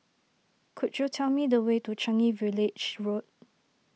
could you tell me the way to Changi Village Road